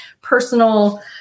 personal